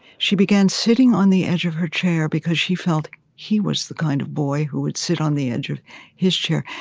she began sitting on the edge of her chair because she felt he was the kind of boy who would sit on the edge of his chair.